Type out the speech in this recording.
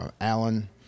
Allen